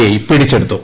I പിടിച്ചെടുത്തു